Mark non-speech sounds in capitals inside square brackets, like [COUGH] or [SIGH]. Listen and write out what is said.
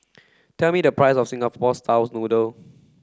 [NOISE] tell me the price of Singapore style's noodle